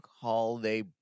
holiday